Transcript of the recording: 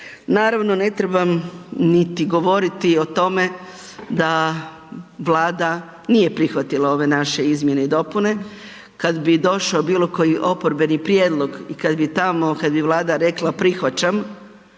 Naravno, ne trebam niti govoriti o tome da Vlada nije prihvatila ove naše izmjene i dopune kad bi došao bilo koji oporbeni prijedlog i kad bi tamo, kad bi Vlada rekla prihvaćam,